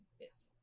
Yes